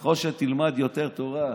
ככל שתלמד יותר תורה,